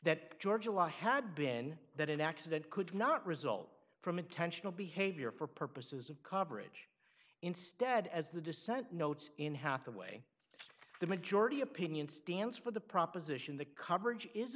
that georgia law had been that an accident could not result from intentional behavior for purposes of coverage instead as the dissent notes in hathaway the majority opinion stands for the proposition that coverage is